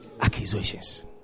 Accusations